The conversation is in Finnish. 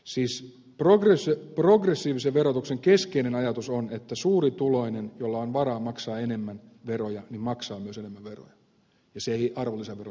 siis progressiivisen verotuksen keskeinen ajatus on että suurituloinen jolla on varaa maksaa enemmän veroja maksaa myös enemmän veroja ja se ei arvonlisäverossa toteudu